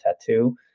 tattoo